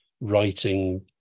writing